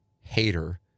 hater